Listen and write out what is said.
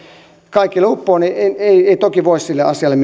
kaikille uppoa niin ei ei toki voi sille asialle